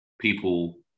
people